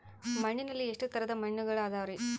ಮಣ್ಣಿನಲ್ಲಿ ಎಷ್ಟು ತರದ ಮಣ್ಣುಗಳ ಅದವರಿ?